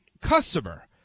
customer